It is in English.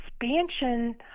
expansion